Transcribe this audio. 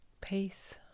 peace